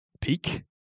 Peak